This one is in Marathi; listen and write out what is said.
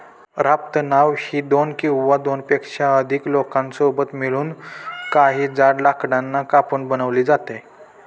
राफ्ट नाव ही दोन किंवा दोनपेक्षा अधिक लोकांसोबत मिळून, काही जाड लाकडांना कापून बनवली जाते